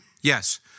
Yes